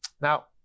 Now